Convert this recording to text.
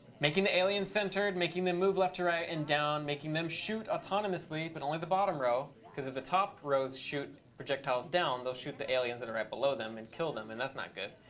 making the aliens centered, making them move left to right and down, making them shoot autonomously but only the bottom row, because if the top rows shoot projectiles down they'll shoot the aliens that are right below them and kill them and that's not good.